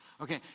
Okay